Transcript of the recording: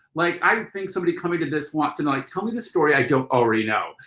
like i think somebody's coming to this wants to know, like tell me the story i don't already know.